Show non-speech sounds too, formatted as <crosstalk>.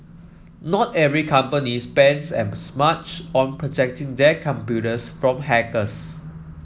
not every company spends <unintelligible> much on protecting their computers from hackers